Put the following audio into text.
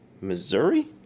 missouri